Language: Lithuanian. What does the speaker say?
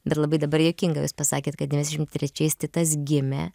bet labai dabar juokinga jūs pasakėt kad devyniasdešimt trečiais titas gimė